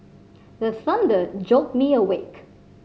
the thunder jolt me awake